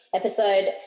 episode